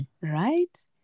Right